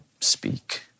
speak